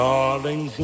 Darling